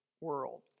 world